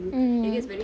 mm